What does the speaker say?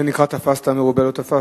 זה נקרא "תפסת מרובה, לא תפסת".